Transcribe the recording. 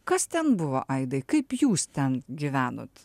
kas ten buvo aidai kaip jūs ten gyvenot